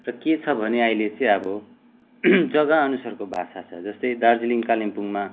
र के छ भने अहिले चाहिँ अब जग्गाअनुसारको भाषा छ जस्तै दार्जिलिङ कालिम्पोङमा